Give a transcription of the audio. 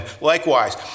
likewise